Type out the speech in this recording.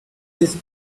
these